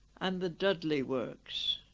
and the dudley works